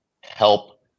help